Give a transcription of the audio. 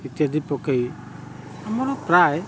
ଇତ୍ୟାଦି ପକାଇ ଆମର ପ୍ରାୟ